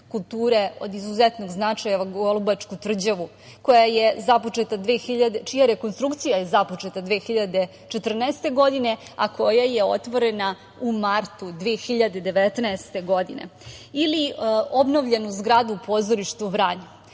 od izuzetnog značaja Golubačku tvrđavu, čija rekonstrukcija je započeta 2014. godine, a koja je otvorena u martu 2019. godine, ili obnovljenu zgradu pozorišta u Vranju.